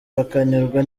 bakanyurwa